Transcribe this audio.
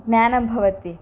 ज्ञानं भवति